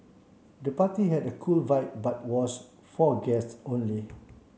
the party had a cool vibe but was for guests only